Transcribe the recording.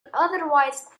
otherwise